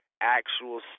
actual